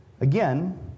Again